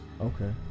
Okay